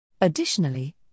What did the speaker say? Additionally